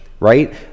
right